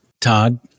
Todd